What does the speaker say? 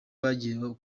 bagiye